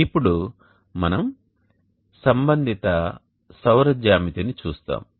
ఇప్పుడు మనం సంబంధిత సౌర జ్యామితిని చూస్తాము